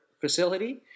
facility